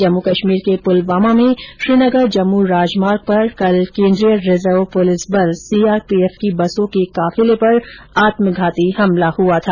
जम्मू कश्मीर के पुलवामा में श्रीनगर जम्मू राजमार्ग पर कल केन्द्रीय रिजर्व पुलिस बल सीआरपीएफ की बसों के काफिले पर आत्मघाती हमला हुआ था